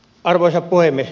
arvoisa puhemies